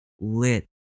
lit